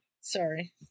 Sorry